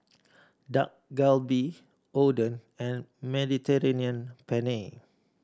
Dak Galbi Oden and Mediterranean Penne